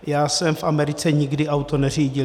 Já jsem v Americe nikdy auto neřídil.